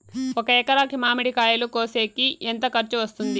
ఒక ఎకరాకి మామిడి కాయలు కోసేకి ఎంత ఖర్చు వస్తుంది?